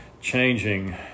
changing